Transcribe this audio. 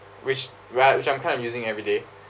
which ri~ which I'm kind of using everyday